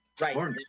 right